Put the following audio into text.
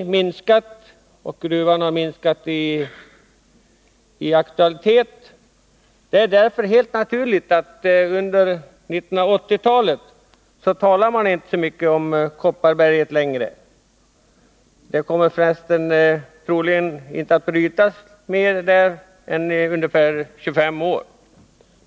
koppargruvan minskat, och gruvan har förlorat sin aktualitet. Det är därför helt naturligt att man under 1980-talet inte längre talar om Kopparberget. F. ö. kommer det troligen inte 109 att ske någon brytning där längre än ungefär 25 år framöver.